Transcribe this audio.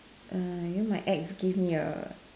err you know my ex give me a